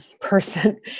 person